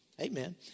Amen